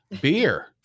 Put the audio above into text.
Beer